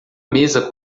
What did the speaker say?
mesa